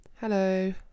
hello